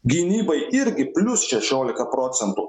gynybai irgi plius šešiolika procentų